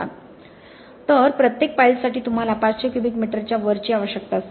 तर प्रत्येक पाईल्ससाठी तुम्हाला 500 क्यूबिक मीटरच्या वरची आवश्यकता असते